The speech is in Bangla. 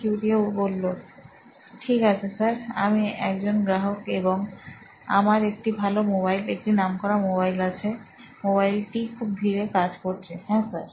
কিউরিও ঠিক আছে স্যার আমি একজন গ্রাহক এবং আমার একটি ভালো মোবাইল একটি নামকরা মোবাইল আছে মোবাইলটি খুব ধীরে কাজ করছে হ্যাঁ স্যার